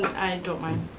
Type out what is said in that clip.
don't mind,